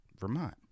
Vermont